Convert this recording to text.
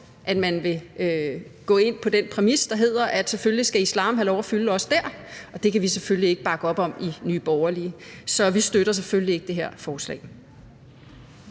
at man vil gå ind på den præmis, der hedder, at selvfølgelig skal islam også have lov at fylde også dér. Og det kan vi selvfølgelig ikke bakke op om i Nye Borgerlige, så vi støtter selvfølgelig ikke det her forslag.